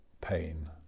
pain